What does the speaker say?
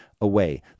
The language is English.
away